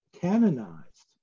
canonized